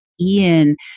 Ian